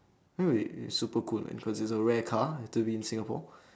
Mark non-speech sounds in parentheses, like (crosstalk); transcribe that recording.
that will be be super cool man cause it's a rare car to be in singapore (breath)